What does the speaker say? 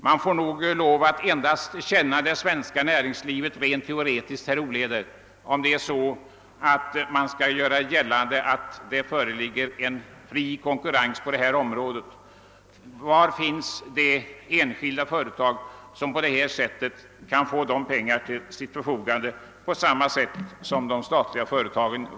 Man känner nog det svenska näringslivet endast rent teoretiskt, herr Olhede, om man gör gällande att det föreligger fri konkurrens på området. Var finns det enskilda företag som kan få medel till sitt förfogande på samma sätt som de statliga företagen?